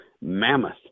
mammoth